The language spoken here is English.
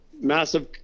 massive